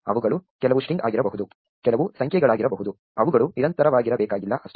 ಅವುಗಳು ಕೆಲವು ಸ್ಟ್ರಿಂಗ್ ಆಗಿರಬಹುದು ಕೆಲವು ಸಂಖ್ಯೆಗಳಾಗಿರಬಹುದು ಅವುಗಳು ನಿರಂತರವಾಗಿರಬೇಕಾಗಿಲ್ಲ ಅಷ್ಟೆ